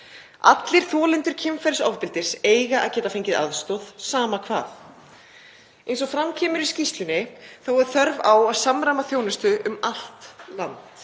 Allir þolendur kynferðisofbeldis eiga að geta fengið aðstoð, sama hvað. Eins og fram kemur í skýrslunni er þörf á að samræma þjónustu um allt land.